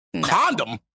Condom